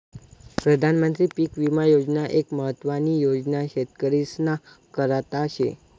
प्रधानमंत्री पीक विमा योजना एक महत्वानी योजना शेतकरीस्ना करता शे